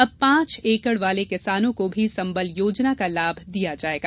अब पांच एकड वाले किसानों को भी संबल योजना का लाभ दिया जायेगा